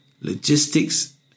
Logistics